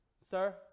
sir